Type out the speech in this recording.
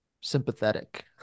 sympathetic